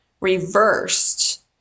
reversed